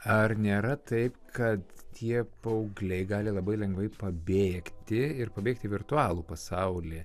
ar nėra taip kad tie paaugliai gali labai lengvai pabėgti ir pabėgti į virtualų pasaulį